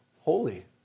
holy